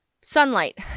Sunlight